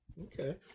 Okay